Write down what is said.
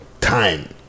time